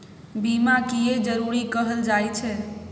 बीमा किये जरूरी कहल जाय छै?